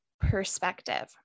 perspective